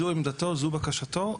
זו עמדתו, זו בקשתו.